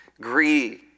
Greed